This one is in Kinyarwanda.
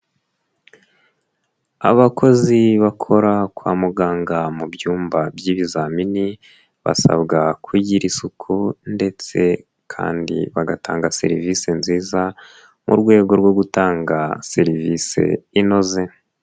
Abakozi bakora kwa muganga mu byumba by'ibizamini, basabwa kugira isuku, ndetse kandi bagatanga serivisi nziza, mu rwego rwo gutanga serivisi inoze.